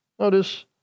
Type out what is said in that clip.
Notice